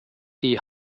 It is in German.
die